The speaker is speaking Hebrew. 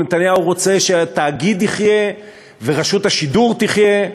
נתניהו רוצה שהתאגיד יחיה ורשות השידור תחיה,